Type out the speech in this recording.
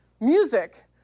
music